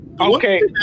Okay